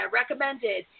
recommended